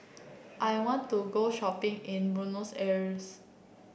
I want to go shopping in Buenos Aires